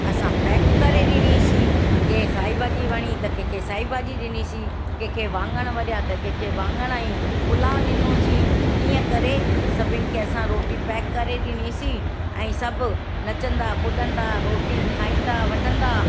असां पैक बि करे ॾिनीसीं के साई भाॼी वणी त कंहिंखे साई भाॼी ॾिनीसीं कंहिंखे वांगण वणिया त केखे वांगण ई पुलाउ ॾिनोसीं ईअं करे सभिनि खे असां रोटी पैक करे ॾिनीसीं ऐं सब नचंदा कुॾंदा रोटी खाईंदा वटंदा